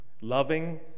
Loving